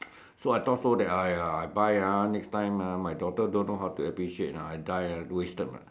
so I thought so that I I buy ah next time ah my daughter don't know how to appreciate ah I die ah wasted mah